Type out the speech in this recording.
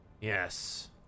Yes